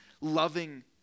loving